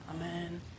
amen